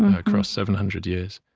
ah across seven hundred years